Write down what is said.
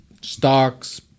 stocks